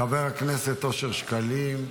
חבר הכנסת אושר שקלים,